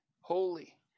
holy